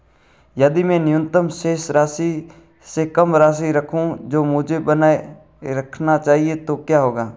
यदि मैं न्यूनतम शेष राशि से कम राशि रखूं जो मुझे बनाए रखना चाहिए तो क्या होगा?